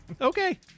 Okay